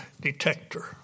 detector